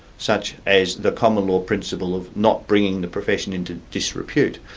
such as the common law principle of not bringing the profession into disrepute,